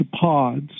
pods